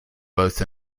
both